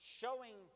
showing